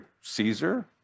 Caesar